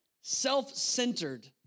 self-centered